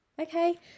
okay